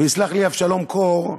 יסלח לי אבשלום קור,